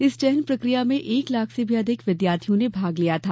इस चयन प्रक्रिया में एक लाख से भी अधिक विद्यार्थियों ने भाग लिया था